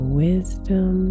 wisdom